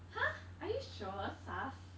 !huh! are you sure SARS